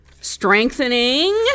strengthening